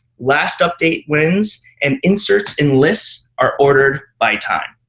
last update wins, and inserts in lists are ordered by time.